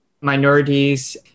Minorities